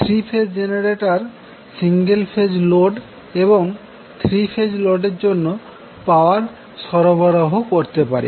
3 phase generator single phase load এবং 3 phase লোডের জন্য পাওয়ার সরবরাহ করতে পারে